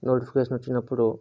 notification వచ్చినప్పుడు